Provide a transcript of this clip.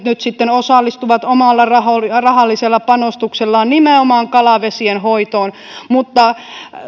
nyt sitten osallistuvat omalla rahallisella rahallisella panostuksellaan nimenomaan kalavesien hoitoon mutta